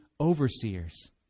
overseers